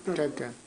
רק את ההצבעה.